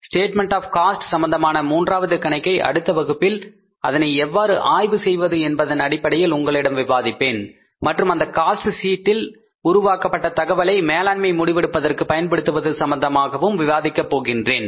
statement of cost சம்பந்தமான மூன்றாவது கணக்கை அடுத்த வகுப்ப்பில் அதனை எவ்வாறு ஆய்வு செய்வது என்பதன் அடிப்படையில் உங்களிடம் விவாதிப்பேன் மற்றும் அந்த காஸ்ட் சீட்டில் உருவாக்கப்பட்ட தகவலை மேலாண்மை முடிவெடுப்பதற்கு பயன்படுத்துவது சம்பந்தமாகவும் விவாதிக்க போகின்றேன்